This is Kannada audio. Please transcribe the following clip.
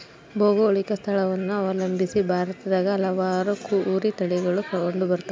ಭೌಗೋಳಿಕ ಸ್ಥಳವನ್ನು ಅವಲಂಬಿಸಿ ಭಾರತದಾಗ ಹಲವಾರು ಕುರಿ ತಳಿಗಳು ಕಂಡುಬರ್ತವ